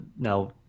Now